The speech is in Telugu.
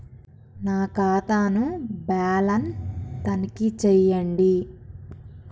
నా ఖాతా ను బ్యాలన్స్ తనిఖీ చేయండి?